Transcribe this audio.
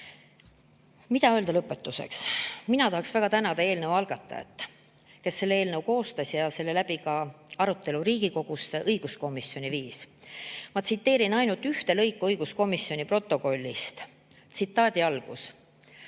Mida öelda lõpetuseks? Mina tahan väga tänada eelnõu algatajat, kes selle eelnõu koostas ja selle kaudu arutelu Riigikogu õiguskomisjoni viis. Ma tsiteerin ainult ühte lõiku õiguskomisjoni protokollist. "V.